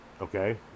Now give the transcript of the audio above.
okay